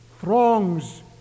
Throngs